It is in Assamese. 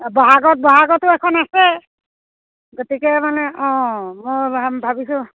বহাগত বহাগতো এখন আছে গতিকে মানে অঁ মই ভাবিছোঁ